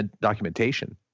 documentation